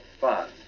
fun